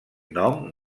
nom